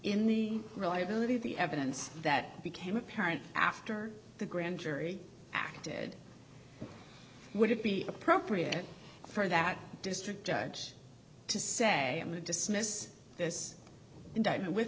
in the reliability of the evidence that became apparent after the grand jury acted would it be appropriate for that district judge to say to dismiss this indictment with